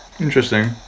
Interesting